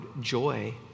joy